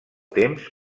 temps